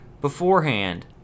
beforehand